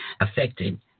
affected